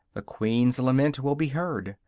the queen's lament will be heard,